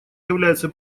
является